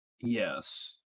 Yes